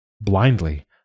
Blindly